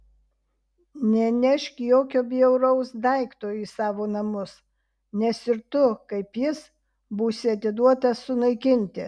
nenešk jokio bjauraus daikto į savo namus nes ir tu kaip jis būsi atiduotas sunaikinti